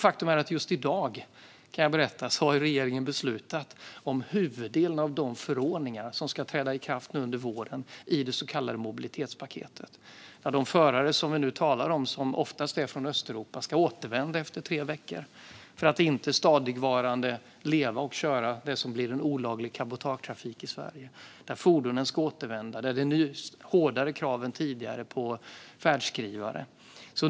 Faktum är att just i dag har regeringen beslutat om huvuddelen av de förordningar som ska träda i kraft under våren i just detta paket. De förare och fordon vi talar om, som oftast är från Östeuropa, ska nu återvända efter tre veckor för att inte stadigvarande köra det som blir en olaglig cabotagetrafik i Sverige. Det blir även hårdare krav än tidigare på färdskrivare.